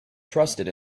trusted